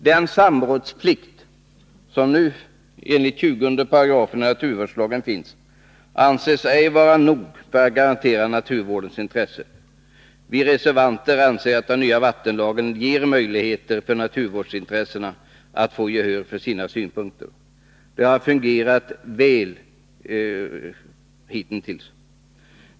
Den samrådsplikt enligt 20 § naturvårdslagen som finns anses ej vara nog för att garantera naturvårdens intressen. Vi reservanter anser att den nya vattenlagen ger möjligheter för naturvårdsin tressena att få gehör för sina synpunkter. Det har fungerat väl hitintills.